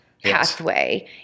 Pathway